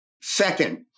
Second